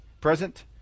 present